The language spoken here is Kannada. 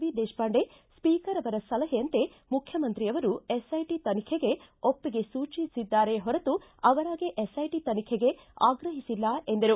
ವ್ಹಿದೇಶಪಾಂಡೆ ಸ್ಪೀಕರ್ ಅವರ ಸಲಹೆಯಂತೆ ಮುಖ್ಯಮಂತ್ರಿಯವರು ಎಸ್ಐಟಿ ತನಿಖೆಗೆ ಒಪ್ಪಿಗೆ ಸೂಚಿಸಿದ್ದಾರೆಯೇ ಹೊರತು ಅವರಾಗೇ ಎಸ್ಐಟಿ ತನಿಖೆಗೆ ಆಗ್ರಹಿಸಿಲ್ಲ ಎಂದರು